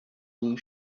blue